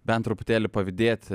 bent truputėlį pavydėt